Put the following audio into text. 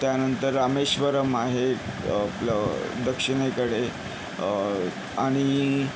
त्यानंतर रामेश्वरम आहे आपलं दक्षिणेकडे आणि